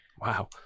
Wow